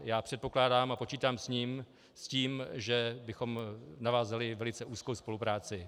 Já předpokládám a počítám s tím, že bychom navázali velice úzkou spolupráci.